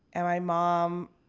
and my mom